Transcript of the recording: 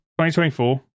2024